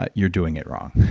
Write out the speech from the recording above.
ah you're doing it wrong.